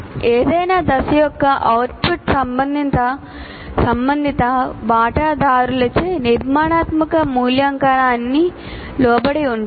ఏదైనా దశ యొక్క అవుట్పుట్ సంబంధిత వాటాదారులచే నిర్మాణాత్మక మూల్యాంకనానికి లోబడి ఉంటుంది